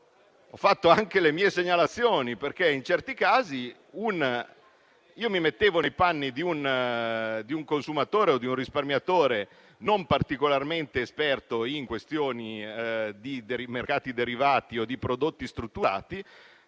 Ho fatto anche le mie segnalazioni, perché in certi casi mi mettevo nei panni di un consumatore o di un risparmiatore non particolarmente esperto in questioni di mercati derivati o di prodotti strutturati,